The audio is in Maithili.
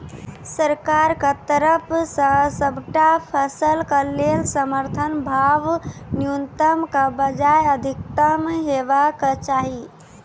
सरकारक तरफ सॅ सबटा फसलक लेल समर्थन भाव न्यूनतमक बजाय अधिकतम हेवाक चाही?